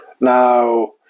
Now